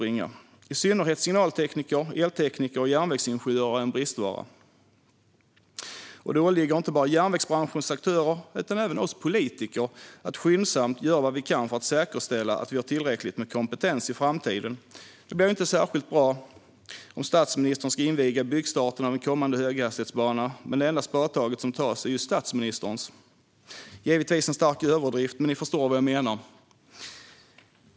I synnerhet signaltekniker, eltekniker och järnvägsingenjörer är en bristvara, och det åligger inte bara järnvägsbranschens aktörer utan även oss politiker att skyndsamt göra vad vi kan för att säkerställa att vi har tillräckligt med kompentens i framtiden. Det blir ju inte särskilt bra om statsministern ska inviga byggstarten av en kommande höghastighetsbana och det enda spadtag som tas är just statsministerns. Det är givetvis en stark överdrift, men ni förstår vad jag menar.